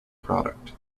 product